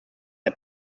der